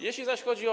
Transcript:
Jeśli zaś chodzi o.